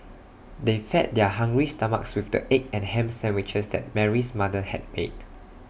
they fed their hungry stomachs with the egg and Ham Sandwiches that Mary's mother had made